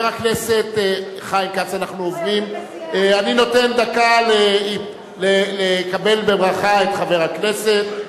אני נותן דקה לקבל בברכה את חבר הכנסת.